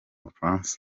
bufaransa